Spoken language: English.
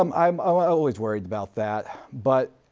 um i'm ah always worried about that, but,